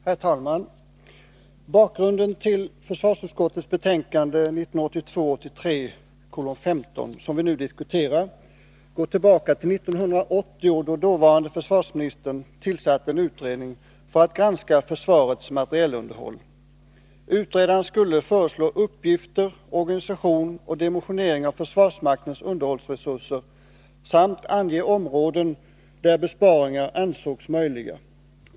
Herr talman! Bakgrunden till försvarsutskottets betänkande 1982/83:15, som vi nu diskuterar, går tillbaka till 1980, när dåvarande försvarsministern tillsatte en utredning för att granska försvarets materielunderhåll. Utredaren skulle föreslå uppgifter, organisation och dimensionering av försvarsmaktens underhållsresurser samt ange områden, där besparingar ansågs möjliga.